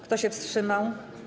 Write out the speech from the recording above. Kto się wstrzymał?